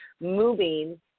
moving